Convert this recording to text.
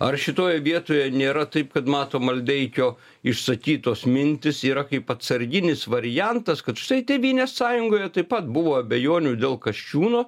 ar šitoje vietoje nėra taip kad mato maldeikio išsakytos mintys yra kaip atsarginis variantas kad štai tėvynės sąjungoje taip pat buvo abejonių dėl kasčiūno